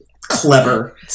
clever